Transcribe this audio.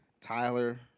Tyler